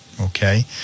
Okay